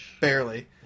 barely